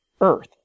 Earth